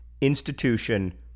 institution